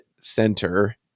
center